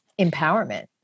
empowerment